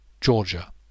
Georgia